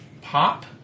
pop